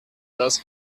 does